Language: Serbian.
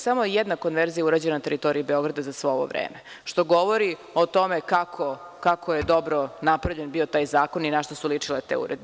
Samo je jedna konverzija urađena na teritoriji Beograda za sve ovo vreme, što govori o tome kako je dobro napravljen bio taj zakon i na šta su ličile te uredbe.